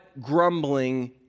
grumbling